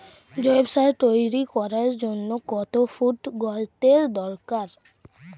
জৈব সার তৈরি করার জন্য কত ফুট গর্তের দরকার?